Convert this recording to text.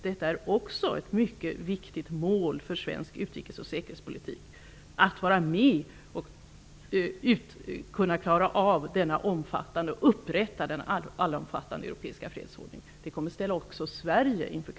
Detta är också ett mycket viktigt mål för svensk utrikes och säkerhetspolitik.